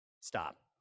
Stop